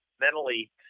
mentally